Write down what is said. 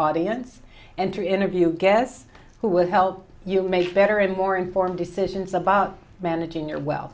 audience and to interview guess who would help you make better and more informed decisions about managing your well